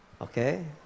Okay